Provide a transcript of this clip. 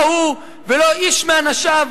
לא הוא ולא איש מאנשיו,